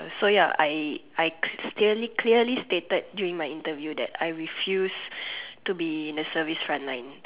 so ya I I clearly clearly stated during my interview that I refuse to be in the service front line